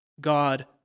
God